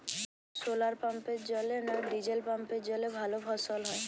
শোলার পাম্পের জলে না ডিজেল পাম্পের জলে ভালো ফসল হয়?